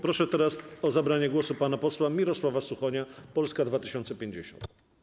Proszę teraz o zabranie głosu pana posła Mirosława Suchonia, Polska 2050.